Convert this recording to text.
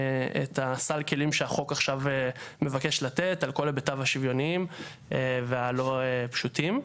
סל הכלים שהחוק עכשיו מבקש לתת על כל היבטיו השוויוניים והלא פשוטים.